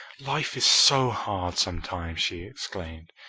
life is so hard sometimes! she exclaimed,